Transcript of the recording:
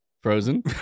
Frozen